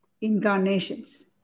incarnations